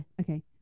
Okay